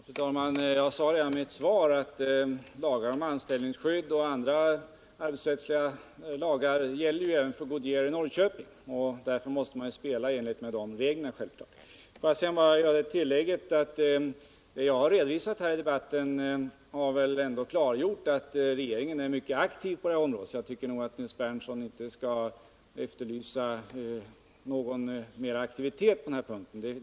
Fru talman! Jag sade redan i mitt svar att lagar om anställningsskydd och andra arbetsrättsliga lagar ju även gäller för Goodyear i Norrköping, och därför måste man där självfallet spela i enlighet med de reglerna. Får jag sedan bara säga, att det jag redovisat här i debatten har väl ändå klargjort att regeringen är mycket aktiv, så jag tycker att Nils Berndtson inte skall efterlysa någon mer aktivitet på den här punkten.